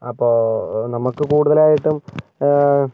അപ്പോ നമുക്ക് കൂടുതലായിട്ടും